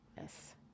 Yes